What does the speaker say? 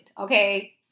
Okay